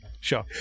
Sure